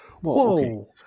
whoa